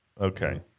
Okay